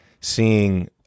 seeing